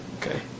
Okay